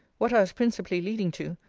what i was principally leading to,